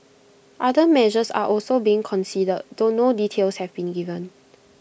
other measures are also being considered though no details have been given